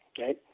Okay